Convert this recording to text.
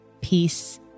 peace